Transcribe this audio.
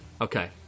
okay